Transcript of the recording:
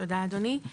תודה, אדוני.